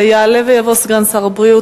יעלה ויבוא סגן שר הבריאות,